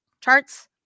charts